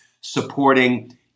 supporting